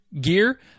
gear